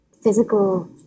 physical